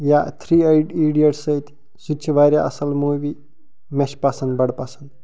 یا three idiot سۭتۍ سُہ تہِ چھِ واریاہ اصل موٗوی مےٚ چھِ پسند بڑٕ پسند